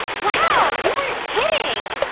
wow! you weren't kidding!